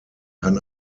kann